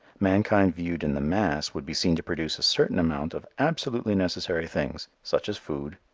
mankind viewed in the mass would be seen to produce a certain amount of absolutely necessary things, such as food,